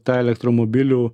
tą elektromobilių